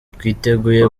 twiteguye